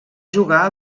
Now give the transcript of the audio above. jugar